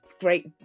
great